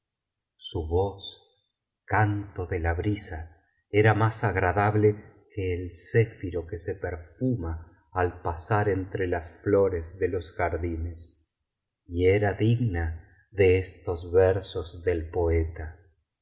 su voz canto de la brisa era más agradable que el céfiro que se perfuma al pasar entre las flores de los jardines y era digna de estos versos del poeta